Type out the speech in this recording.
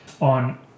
on